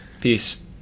Peace